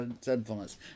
sinfulness